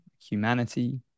humanity